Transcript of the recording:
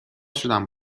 شدم